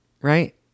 right